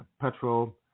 petrol